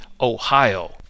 Ohio